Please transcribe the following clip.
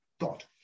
God